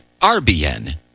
RBN